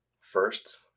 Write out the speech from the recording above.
first